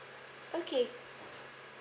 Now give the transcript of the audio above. okay